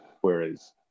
Whereas